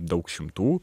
daug šimtų